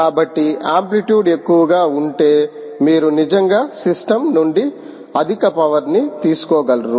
కాబట్టి ఆంప్లిట్యూడ్ ఎక్కువగా ఉంటే మీరు నిజంగా సిస్టమ్ నుండి అధిక పవర్ ని తీసుకోగలరు